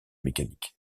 mécaniques